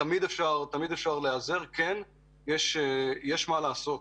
תמיד אפשר להיעזר, יש מה לעשות,